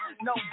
No